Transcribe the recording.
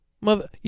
Mother